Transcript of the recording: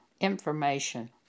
information